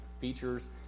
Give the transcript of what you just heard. features